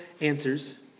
answers